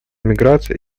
миграция